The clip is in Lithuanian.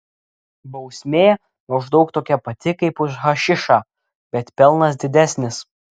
bausmė maždaug tokia pati kaip už hašišą bet pelnas didesnis